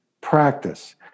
practice